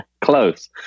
Close